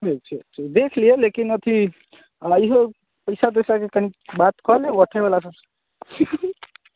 देखैत छियै देखि लिऔ लेकिन अथी आ इहो पैसा तैसाके कनि बात कऽ लेब अथीबलासँ